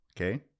Okay